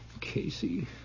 Casey